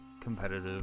competitive